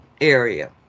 area